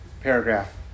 paragraph